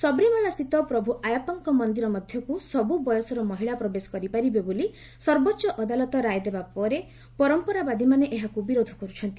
ସବରିମାଳାସ୍ଥିତ ପ୍ରଭୁ ଆୟାପ୍ୱାଙ୍କ ମନ୍ଦିର ମଧ୍ୟକୁ ସବୁ ବୟସର ମହିଳା ପ୍ରବେଶ କରିପାରିବେ ବୋଲି ସର୍ବୋଚ୍ଚ ଅଦାଲତ ରାୟ ଦେବାପରେ ପରମ୍ପରାବାଦୀମାନେ ଏହାକୁ ବିରୋଧ କରୁଛନ୍ତି